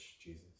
Jesus